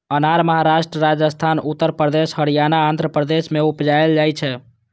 अनार महाराष्ट्र, राजस्थान, उत्तर प्रदेश, हरियाणा, आंध्र प्रदेश मे उपजाएल जाइ छै